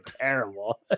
Terrible